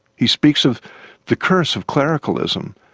he speaks of the curse of clericalism.